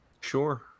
Sure